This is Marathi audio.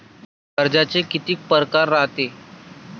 कर्जाचे कितीक परकार रायते?